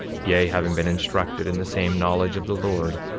yea, having been instructed in the same knowledge of the lord,